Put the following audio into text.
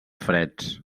freds